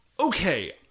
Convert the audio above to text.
Okay